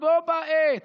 בה בעת,